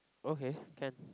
okay can